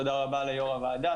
תודה רבה ליושב-ראש הוועדה,